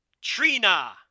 Trina